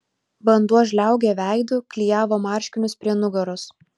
vanduo žliaugė veidu klijavo marškinius prie nugaros